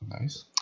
Nice